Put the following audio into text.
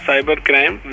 Cybercrime